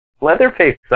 Leatherface